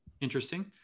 interesting